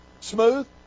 smooth